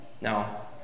Now